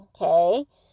okay